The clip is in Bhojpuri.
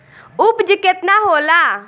उपज केतना होला?